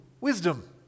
wisdom